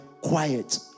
quiet